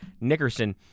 Nickerson